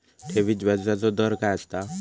ठेवीत व्याजचो दर काय असता?